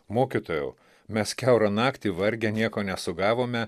mokytojau mes kiaurą naktį vargę nieko nesugavome